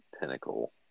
Pinnacle –